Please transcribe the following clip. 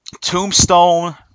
Tombstone